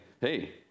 hey